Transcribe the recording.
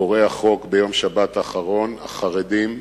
פורעי החוק ביום שבת האחרון, החרדים,